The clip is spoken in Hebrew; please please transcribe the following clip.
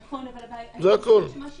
נכון, אבל אני חושבת שמה ש